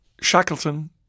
Shackleton